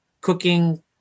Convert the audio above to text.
cooking